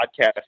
podcast